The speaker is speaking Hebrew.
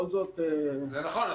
זה נכון.